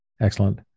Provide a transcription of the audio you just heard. Excellent